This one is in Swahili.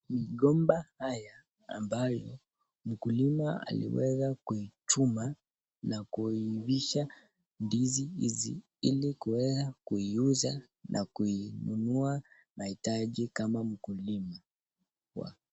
Migomba hayo, ambayo mkulima aliweza kuichuma, na kuivisha ndizi hizi ili kuweza kuiuza na kuinunua mahitaji kama mkulima.